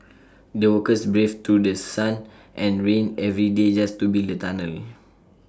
the workers braved through The Sun and rain every day just to build the tunnel